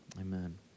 Amen